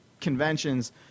conventions